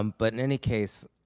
um but in any case,